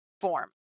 form